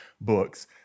books